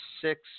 six